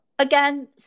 Again